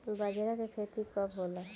बजरा के खेती कब होला?